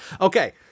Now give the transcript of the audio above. Okay